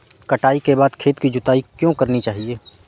कटाई के बाद खेत की जुताई क्यो करनी चाहिए?